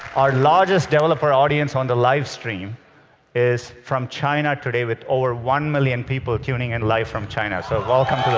our largest developer audience on the live stream is from china today with over one million people tuning in live from china, so welcome to those.